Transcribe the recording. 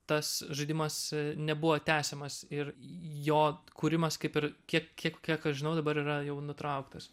tas žaidimas nebuvo tęsiamas ir jo kūrimas kaip ir kiek kiek kiek aš žinau dabar yra jau nutrauktas